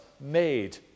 made